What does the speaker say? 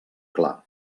clar